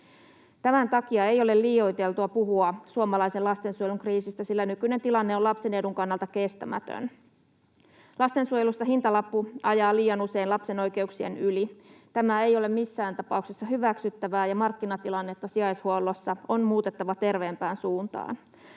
Tämän takia ei ole liioiteltua puhua suomalaisen lastensuojelun kriisistä, sillä nykyinen tilanne on lapsen edun kannalta kestämätön. Lastensuojelussa hintalappu ajaa liian usein lapsen oikeuksien yli. Tämä ei ole missään tapauksessa hyväksyttävää, ja markkinatilannetta sijaishuollossa on muutettava terveempään suuntaan.